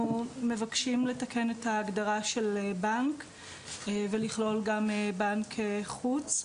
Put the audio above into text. אנחנו מבקשים לתקן את ההגדרה של בנק ולכלול גם בנק חוץ.